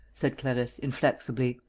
said clarisse, inflexibly.